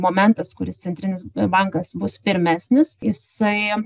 momentas kuris centrinis bankas bus pirmesnis jisai